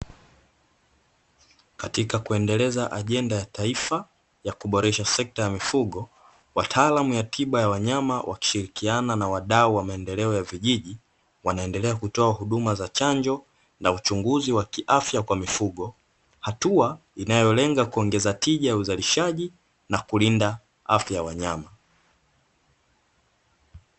Katika kuendeleza ajenda ya taifa yakuboresha sekta ya mifugo, wataalamu wa tiba ya wanyama, wakishirikiana na wadau wa maendeleo ya vijiji wanaendelea kutoa huduma za chanjo na uchunguzi wa kiafya kwa mifugo, hatua inayolenga kuongeza tija ya uzalishaji na kulinda afya ya wanyama.